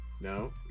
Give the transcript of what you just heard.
No